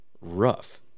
rough